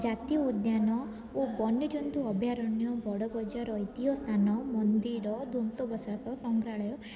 ଜାତୀୟ ଉଦ୍ୟାନ ଓ ବନ୍ୟଜନ୍ତୁ ଅଭୟାରଣ୍ୟ ବଡ଼ ବଜାର ଐତିହ ସ୍ଥାନ ମନ୍ଦିର ଧ୍ଵଂସାବଶେଷ ସଂଗ୍ରହାଳୟ